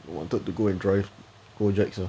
I wanted to go and drive Gojeks ah